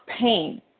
pain